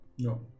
No